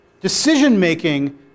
Decision-making